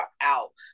out